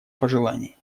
пожеланий